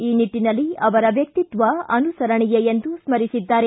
ಈ ನಿಟ್ಟನಲ್ಲಿ ಅವರ ವ್ಯಕ್ತತ್ವ ಅನುಸರಣಿಯ ಎಂದು ಸ್ಕರಿಸಿದ್ದಾರೆ